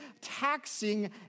taxing